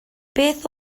beth